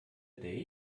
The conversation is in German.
date